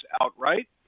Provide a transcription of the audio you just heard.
outright